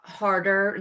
harder